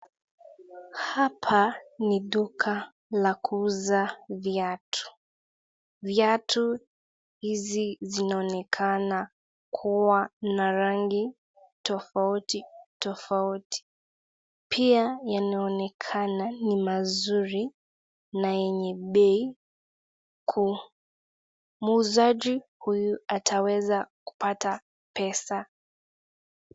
Hapa ni duka la kuuza viatu. Viatu hizi zinaonekana kuwa na rangi tofauti tofauti. Pia, inaonekana ni mazuri na yenye bei kuu. Muuzaji huyu ataweza kupata pesa.